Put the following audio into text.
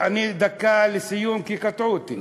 דקה לסיום, כי קטעו אותי.